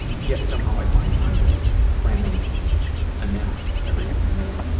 yet somehow i find time to cram in a nap every afternoon.